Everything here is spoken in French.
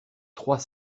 trois